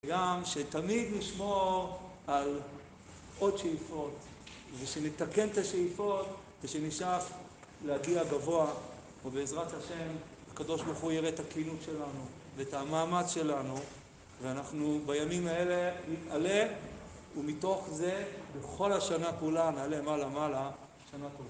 גם שתמיד נשמור על עוד שאיפות ושנתקן את השאיפות ושנשאף להגיע גבוה ובעזרת ה' הקב' יראה את הקינות שלנו ואת המאמץ שלנו ואנחנו בימים האלה נתעלה ומתוך זה בכל השנה כולה נעלה מעלה מעלה שנה כולה